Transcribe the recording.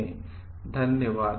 Thank you धन्यवाद